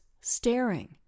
staring